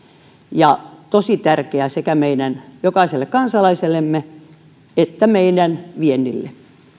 ja tosi tärkeää sekä meidän jokaiselle kansalaisellemme että meidän viennillemme